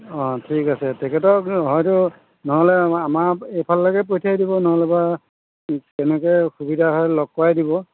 অঁ ঠিক আছে তেখেতক হয়তো নহ'লে আমাৰ আমাৰ এইফালৰ লৈকে পঠিয়াই দিব নহ'লে বা কেনেকে সুবিধা হয় লগ কৰাই দিব